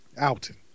Alton